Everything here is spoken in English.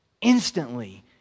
instantly